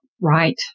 Right